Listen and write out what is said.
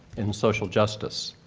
and social justice.